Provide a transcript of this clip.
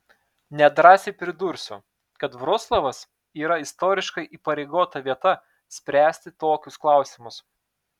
nedrąsiai pridursiu kad vroclavas yra istoriškai įpareigota vieta spręsti tokius klausimus